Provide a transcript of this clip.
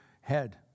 head